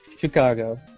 Chicago